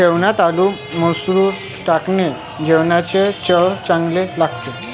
जेवणात आले मसूर टाकल्याने जेवणाची चव चांगली लागते